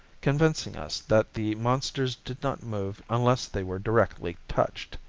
convincing us that the monsters did not move unless they were directly touched.